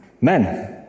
Men